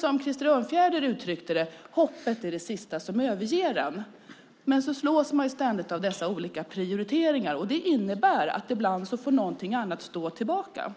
Som Krister Örnfjäder uttryckte det är hoppet det sista som överger en, men så slås man ständigt av dessa olika prioriteringar. De innebär att ibland får någonting stå tillbaka.